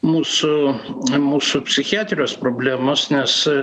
mūsų mūsų psichiatrijos problemos nes